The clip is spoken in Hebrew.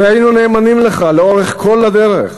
הרי היינו נאמנים לך לאורך כל הדרך,